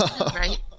right